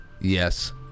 Yes